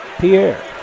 Pierre